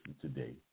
today